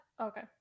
okay